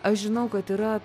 aš žinau kad yra